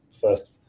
first